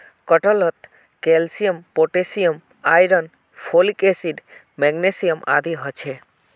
कटहलत calcium potassium iron folic acid magnesium आदि ह छे